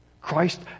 Christ